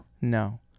no